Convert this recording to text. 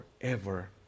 forever